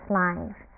life